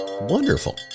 Wonderful